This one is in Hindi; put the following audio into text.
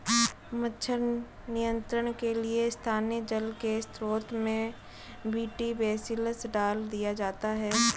मच्छर नियंत्रण के लिए स्थानीय जल के स्त्रोतों में बी.टी बेसिलस डाल दिया जाता है